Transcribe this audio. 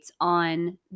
on